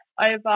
over